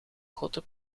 grote